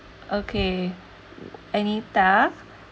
okay anita